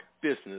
business